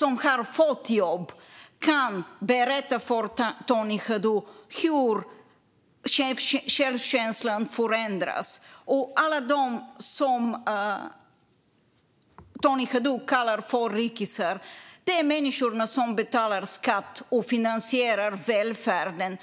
har fått jobb kan berätta för Tony Haddou hur självkänslan förändras, och alla som Tony Haddou kallar för rikisar är människor som betalar skatt och finansierar välfärden.